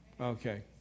Okay